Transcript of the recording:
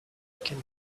can